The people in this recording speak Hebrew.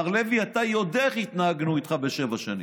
מר לוי, אתה יודע איך התנהגנו איתך בשבע שנים.